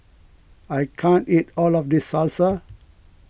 I can't eat all of this Salsa